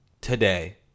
today